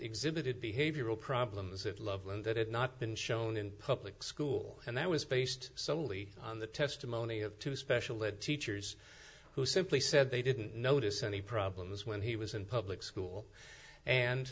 exhibited behavioral problems of loveland that had not been shown in public school and that was based solely on the testimony of two special ed teachers who simply said they didn't notice any problems when he was in public school and